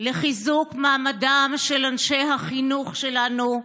לחיזוק מעמדם של אנשי החינוך שלנו,